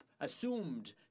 assumed